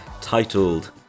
titled